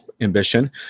ambition